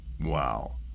Wow